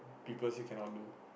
people say cannot do